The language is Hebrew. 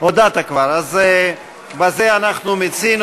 מי שמצביע בעד, תומך בהודעה, מי מצביע